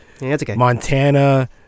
Montana